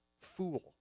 fool